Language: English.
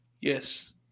yes